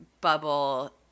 bubble